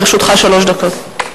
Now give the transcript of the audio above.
לרשותך שלוש דקות.